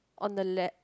on the left